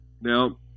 Now